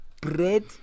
bread